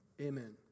Amen